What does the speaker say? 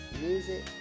Music